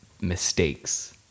mistakes